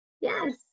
Yes